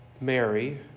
Mary